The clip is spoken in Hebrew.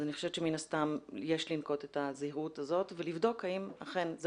מן הסתם יש לנקוט בזהירות הזאת ולבדוק האם אכן זה